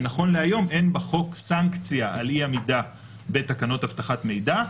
שנכון להיום אין בחוק סנקציה על אי עמידה בתקנות אבטחת מידע,